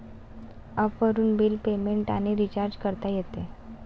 ॲपवरून bill payment आणि recharge करता येते